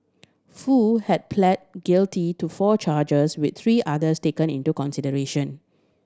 Foo had plead guilty to four charges with three others taken into consideration